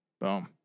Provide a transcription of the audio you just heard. Boom